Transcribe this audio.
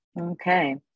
Okay